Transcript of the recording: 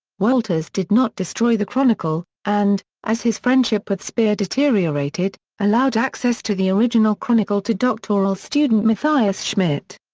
wolters did not destroy the chronicle, and, as his friendship with speer deteriorated, allowed access to the original chronicle to doctoral student matthias schmidt.